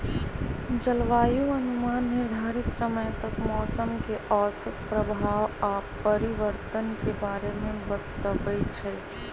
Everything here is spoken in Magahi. जलवायु अनुमान निर्धारित समय तक मौसम के औसत प्रभाव आऽ परिवर्तन के बारे में बतबइ छइ